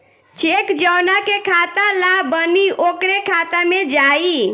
check जौना के खाता ला बनी ओकरे खाता मे जाई